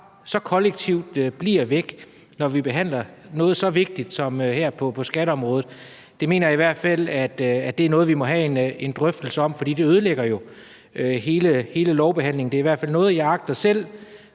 måde kollektivt bliver væk, når vi behandler noget så vigtigt som skatteområdet, mener jeg i hvert fald er noget, vi må have en drøftelse om, for det ødelægger jo hele lovbehandlingen. Det er i hvert fald noget, jeg selv